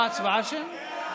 אה, הצבעה שמית?